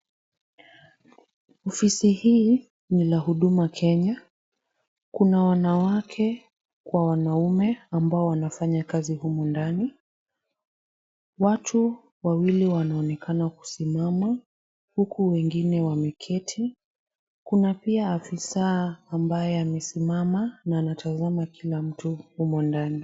Ofisi hii ni la huduma Kenya. kuna wanawake kwa wanaume ambao wanafanya kazi humu ndani. Watu wawili wanaonekana kusimama huku wengine wameketi. Kuna pia afisa ambaye amesimama na anatazama kila mtu humo ndani.